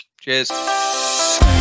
cheers